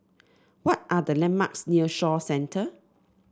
what are the landmarks near Shaw Centre